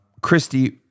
Christy